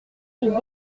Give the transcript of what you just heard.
fut